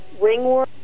ringworm